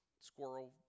squirrel